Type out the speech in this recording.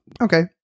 Okay